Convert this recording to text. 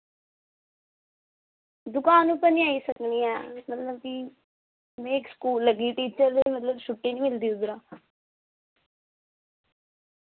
दकान उप्पर निं आई सकनी आं मतलब कि में इक स्कूल लग्गी दी टीचर ते मतलब छुट्टी निं मिलदी उद्धरा